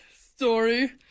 story